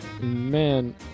Man